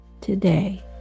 today